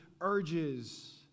urges